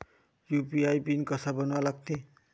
UPI PIN कसा बनवा लागते?